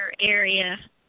area